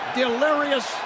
delirious